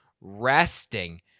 resting